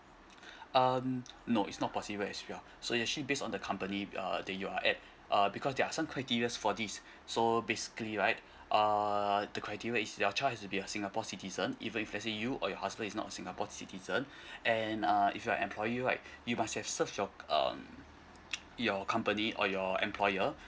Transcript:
um no it's not possible as well so it's actually based on the company uh that you are at uh because they're some criteria for this so basically right uh the criteria is your child has to be singapore citizen either let's say you or your husband is not singapore citizen and uh if you're employee right you must have served your um your company or your employer